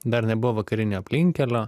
dar nebuvo vakarinio aplinkkelio